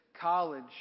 college